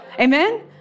Amen